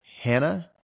Hannah